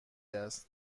است